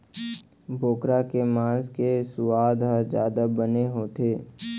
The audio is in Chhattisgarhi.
बोकरा के मांस के सुवाद ह जादा बने होथे